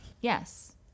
Yes